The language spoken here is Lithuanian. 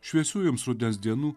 šviesių jums rudens dienų